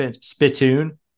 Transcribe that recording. spittoon